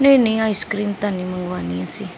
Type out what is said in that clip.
ਨਹੀਂ ਨਹੀਂ ਆਈਸਕ੍ਰੀਮ ਤਾਂ ਨਹੀਂ ਮੰਗਵਾਣੀ ਅਸੀਂ